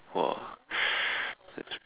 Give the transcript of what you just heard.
!wah! that's